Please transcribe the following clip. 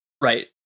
Right